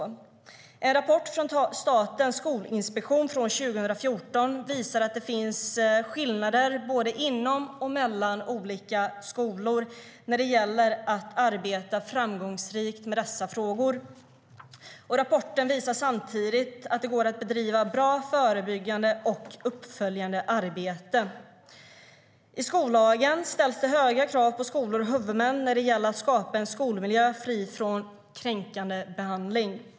En rapport från Statens skolinspektion från 2014 visar att det finns skillnader både inom och mellan olika skolor när det gäller att arbeta framgångsrikt med dessa frågor. Rapporten visar samtidigt att det går att bedriva bra förebyggande och uppföljande arbete.I skollagen ställs det höga krav på skolor och huvudmän när det gäller att skapa en skolmiljö fri från kränkande behandling.